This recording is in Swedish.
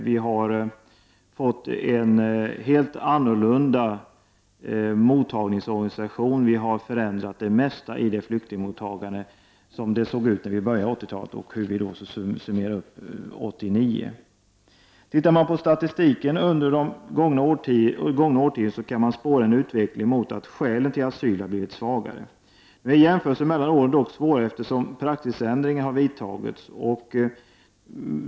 Vi har fått en helt annan mottagningsorganisation; vi har förändrat det mesta i det flyktingmottagandet som vi hade i början av 80-talet. I statistiken för det gångna årtiondet kan man spåra en utveckling mot att skälen för asyl har blivit svagare. En jämförelse mellan åren är dock svår att göra, eftersom praxis har förändrats.